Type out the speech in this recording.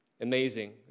Amazing